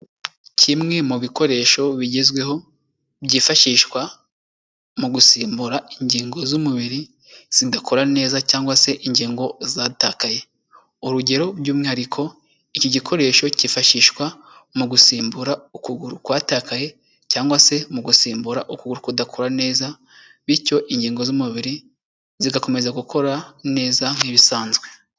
Kimwe mu bikoresho bigezweho byifashishwa mu gusimbura ingingo z'umubiri zidakora neza cyangwa se ingingo zatakaye, urugero by'umwihariko iki gikoresho cyifashishwa mu gusimbura ukuguru kwatakaye cyangwa se mu gusimbura ukuguru kudakora neza, bityo ingingo z'umubiri zigakomeza gukora neza nk'ibisanzwe.